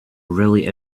really